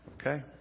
Okay